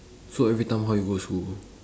so every time how you go to school